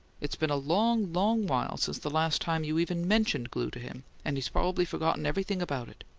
it's been a long, long while since the last time you even mentioned glue to him, and he's probably forgotten everything about it.